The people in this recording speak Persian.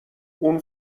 اون